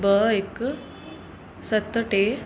ॿ हिकु सत टे